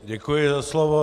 Děkuji za slovo.